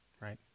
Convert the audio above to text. right